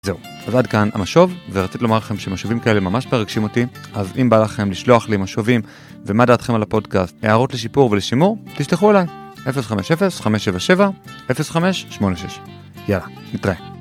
זהו, אז עד כאן המשוב, ורציתי לומר לכם שמשובים כאלה ממש מרגשים אותי, אז אם בא לכם לשלוח לי משובים ומה דעתכם על הפודקאסט, הערות לשיפור ולשימור, תשלחו אליי, 050-577-0586. יאללה, נתראה.